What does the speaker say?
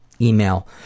email